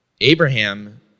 Abraham